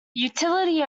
utility